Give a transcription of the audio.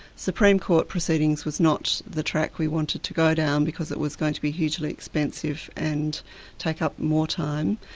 supreme court proceedings was not the track we wanted to go down because it was going to be hugely expensive and take up more time.